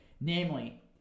Namely